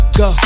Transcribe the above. go